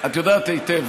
את יודעת היטב,